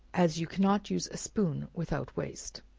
as you cannot use a spoon without waste.